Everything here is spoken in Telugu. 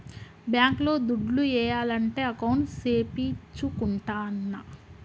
బ్యాంక్ లో దుడ్లు ఏయాలంటే అకౌంట్ సేపిచ్చుకుంటాన్న